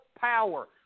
power